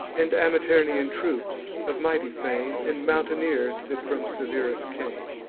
and amiternian troops, of mighty fame, and mountaineers, that from severus came,